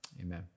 amen